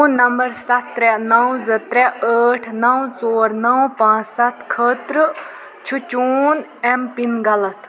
phone number ستھ ترٛےٚ نو زٕ ترٛےٚ ٲٹھ نو ژور نو پانٛژ ستھ خٲطرٕ چھُ چون ایم پِن غلط